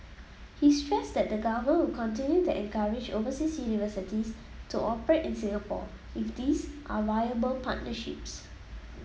he stressed that the Government will continue to encourage overseas universities to operate in Singapore if these are viable partnerships